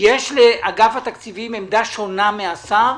יש לאגף התקציבים עמדה שונה מהשר?